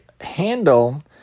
handle